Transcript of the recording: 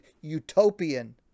utopian